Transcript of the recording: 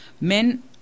men